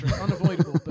Unavoidable